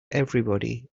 everybody